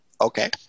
Okay